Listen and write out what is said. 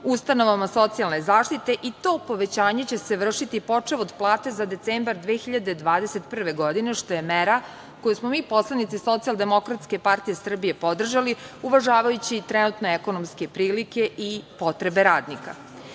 ustanovama socijalne zaštite, i to povećanje će se vršiti počev od plate za decembar 2021. godine, što je mera koju smo mi poslanici SDPS podržali uvažavajući trenutne ekonomske prilike i potrebe radnika. Svi